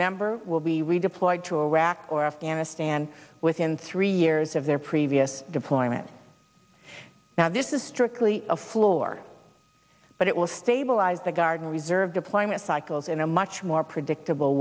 member will be redeployed to iraq or afghanistan within three years of their previous deployment now this is strictly a floor but it will stabilize the guard and reserve deployment cycles in a much more predictable